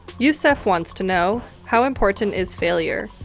youssef wants to know, how important is failure?